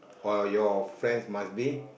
oh your friends must be